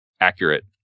accurate